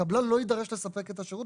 הקבלן לא יידרש לספק את השירות